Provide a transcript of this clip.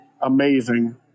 amazing